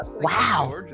wow